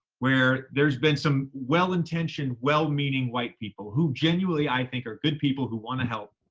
where there's been some well-intentioned, well-meaning white people who genuinely i think are good people who wanna help,